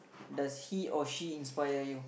does he or she inspire you